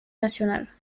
nationale